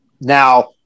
Now